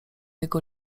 jego